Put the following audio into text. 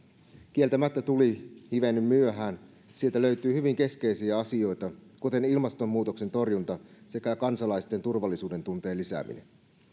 kieltämättä tuli hivenen myöhään sieltä löytyi hyvin keskeisiä asioita kuten ilmastonmuutoksen torjunta sekä kansalaisten turvallisuudentunteen lisääminen